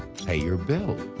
pay your bill.